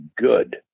good